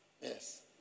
Yes